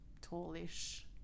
tallish